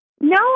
No